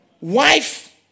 wife